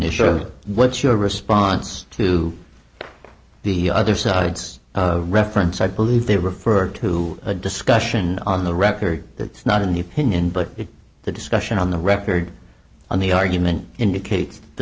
or what's your response to the other side's reference i believe they referred to a discussion on the record it's not in the opinion but the discussion on the record on the argument indicates the